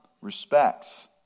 respects